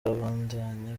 arabandanya